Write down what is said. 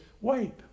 wait